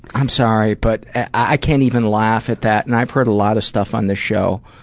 i'm sorry, but i can't even laugh at that, and i've heard a lot of stuff on this show.